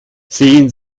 sehen